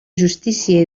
justícia